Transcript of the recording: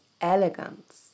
elegance